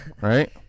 right